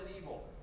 evil